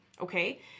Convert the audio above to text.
Okay